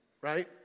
right